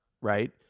right